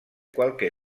qualche